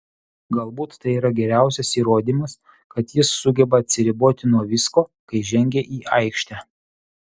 galbūt tai yra geriausias įrodymas kad jis sugeba atsiriboti nuo visko kai žengia į aikštę